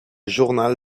journal